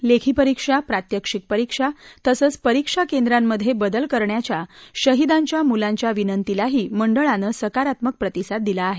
लेखी परीक्षा प्रात्यक्षिक परीक्षा तसंच परीक्षा केंद्रांमधे बदल करण्याच्या शहीदांच्या मुलांच्या विनंतीलाही मंडळानं सकारात्मक प्रतिसाद दिला आहे